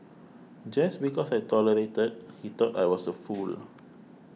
just because I tolerated he thought I was a fool